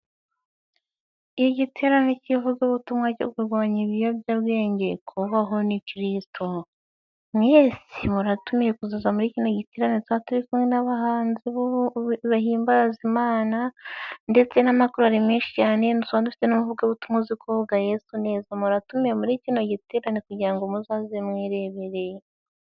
Igiterane cy'ivugabutumwa cyo kurwanya ibiyobyabwenge, kubaho ni Kiristo, mwese muratumiye kuzaza muri kino giterane tuzaba turi kumwe n'abahanzi bahimbaza Imana ndetse n'amakorari menshi cyane, tuzaba dufite n'umuvugabutumwa uzi kuvuga Yesu neza, muratume muri kino giterane kugira ngo muzaze mwirebere.